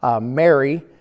Mary